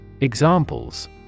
Examples